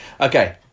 Okay